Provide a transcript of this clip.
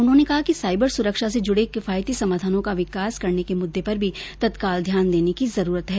उन्होंने कहा कि साइबर सुरक्षा से जुड़े किफायती समाधानों का विकास करने के मुद्दे पर भी तत्काल ध्यान देने की जरूरत है